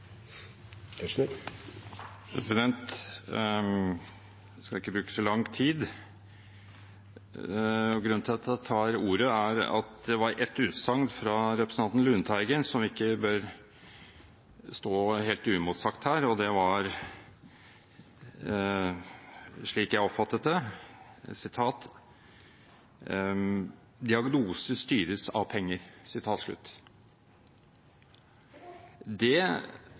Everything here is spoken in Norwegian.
Jeg skal ikke bruke så lang tid. Grunnen til at jeg tar ordet, er et utsagn fra representanten Lundteigen som ikke bør stå helt uimotsagt, og det var, slik jeg oppfattet det: «Diagnoser styres av penger.» Det